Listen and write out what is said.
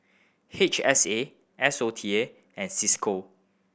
H S A S O T A and Cisco